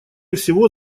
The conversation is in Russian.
всего